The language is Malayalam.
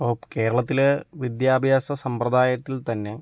ഇപ്പോൾ കേരളത്തില് വിദ്യാഭ്യാസ സമ്പ്രദായത്തിൽ തന്നെ